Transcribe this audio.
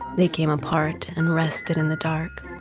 they came apart and arrested in the dark,